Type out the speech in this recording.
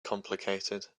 complicated